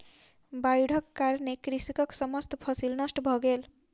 बाइढ़क कारणेँ कृषकक समस्त फसिल नष्ट भ गेल